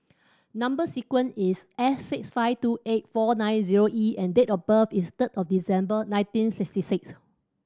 number sequence is S six five two eight four nine zero E and date of birth is third of December nineteen sixty six